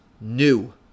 new